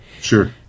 Sure